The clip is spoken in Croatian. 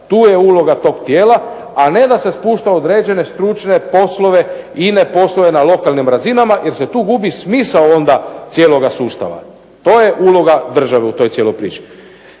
Tu je uloga toga dijela, a ne da se spušta određene stručne poslove, ine poslove na lokalnim razinama jer se tu gubi smisao cijelog sustava. To je uloga države u toj cijeloj priči.